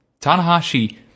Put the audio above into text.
Tanahashi